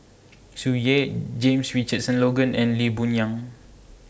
Tsung Yeh James Richardson Logan and Lee Boon Yang